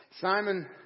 Simon